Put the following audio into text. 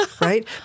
right